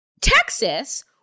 Texas